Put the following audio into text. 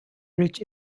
rich